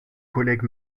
collègues